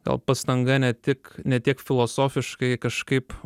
gal pastanga ne tik ne tiek filosofiškai kažkaip